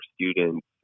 students